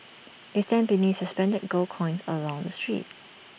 they stand beneath suspended gold coins along the street